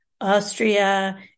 Austria